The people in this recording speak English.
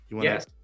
Yes